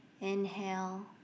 inhale